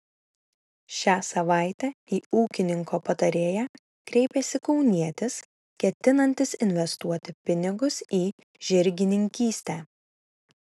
šią savaitę į ūkininko patarėją kreipėsi kaunietis ketinantis investuoti pinigus į žirgininkystę